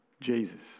Jesus